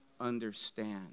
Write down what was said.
understand